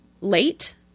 late